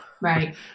right